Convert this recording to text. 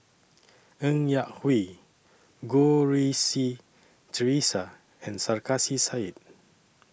Ng Yak Whee Goh Rui Si Theresa and Sarkasi Said